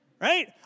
right